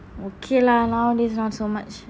okay lah nowadays not so much